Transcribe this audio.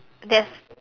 that's